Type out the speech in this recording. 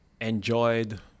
Enjoyed